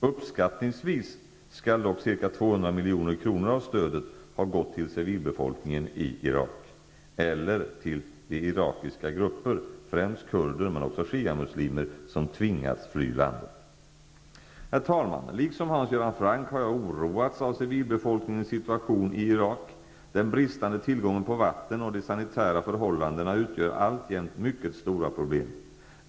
Uppskattningsvis skall dock ca 200 milj.kr. av stödet ha gått till civilbefolkningen i Irak eller till de irakiska grupper -- främst kurder men också shiamuslimer -- som tvingats fly landet. Herr talman! Liksom Hans Göran Franck har jag oroats av civilbefolkningens situation i Irak. Den bristande tillgången på vatten och de sanitära förhållandena utgör alltjämt mycket stora problem.